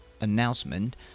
announcement